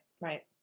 right